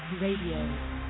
Radio